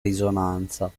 risonanza